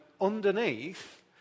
underneath